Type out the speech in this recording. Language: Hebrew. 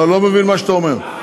אני לא מבין מה שאתה אומר.